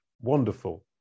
wonderful